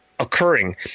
Occurring